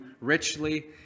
richly